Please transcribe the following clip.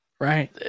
Right